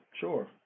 sure